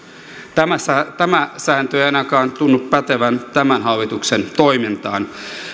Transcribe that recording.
tämä sääntö ei ainakaan tunnu pätevän tämän hallituksen toimintaan